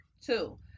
two